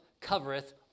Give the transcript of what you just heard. covereth